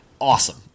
awesome